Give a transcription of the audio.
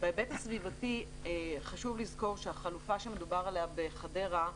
בהיבט הסביבתי חשוב לזכור שהחלופה שמדובר עליה בחדרה,